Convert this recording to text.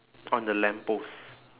on the lamppost